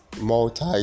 multi